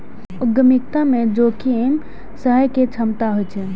उद्यमिता मे जोखिम सहय के क्षमता होइ छै